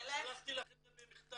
ושלחתי לך את זה במכתב.